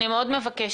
אני מאוד מבקשת,